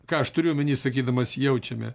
ką aš turiu omeny sakydamas jaučiame